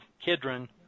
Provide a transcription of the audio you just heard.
Kidron